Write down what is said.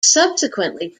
subsequently